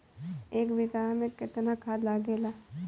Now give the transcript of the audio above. एक बिगहा में केतना खाद लागेला?